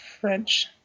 French